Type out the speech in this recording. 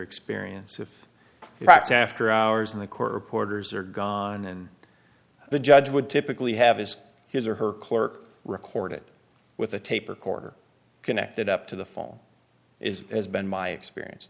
experience if the facts after hours in the court reporters are gone and the judge would typically have as his or her clerk record it with a tape recorder connected up to the fall is it has been my experience